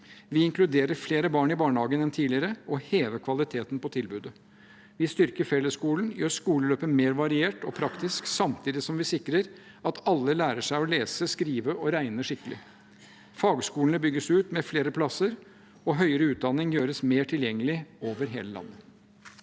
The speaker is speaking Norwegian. Vi inkluderer flere barn i barnehagen enn tidligere og hever kvaliteten på tilbudet. Vi styrker fellesskolen og gjør skoleløpet mer variert og praktisk, samtidig som vi sikrer at alle lærer seg å lese, skrive og regne skikkelig. Fagskolene bygges ut med flere plasser, og høyere utdanning gjøres mer tilgjengelig over hele landet.